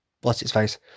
What's-its-face